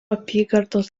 apygardos